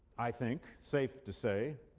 i think, safe to say,